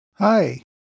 Hi